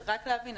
רק להבין.